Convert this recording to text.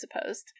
supposed